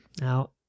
Now